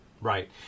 right